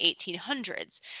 1800s